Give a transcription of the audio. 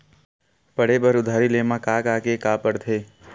पढ़े बर उधारी ले मा का का के का पढ़ते?